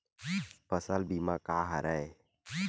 फसल बीमा का हरय?